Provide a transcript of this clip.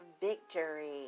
Victory